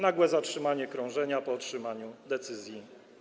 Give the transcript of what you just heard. Nagłe zatrzymanie krążenia po otrzymaniu decyzji.